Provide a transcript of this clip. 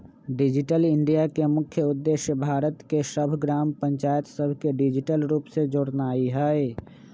digital India के मुख्य उद्देश्य भारत के सभ ग्राम पञ्चाइत सभके डिजिटल रूप से जोड़नाइ हइ